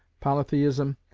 polytheism,